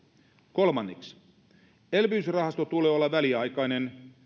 kolmanneksi elpymisrahaston tulee olla väliaikainen